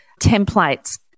templates